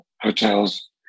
hotels